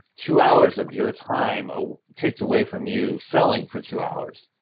two hours of your time ah takes away from you selling for two hours.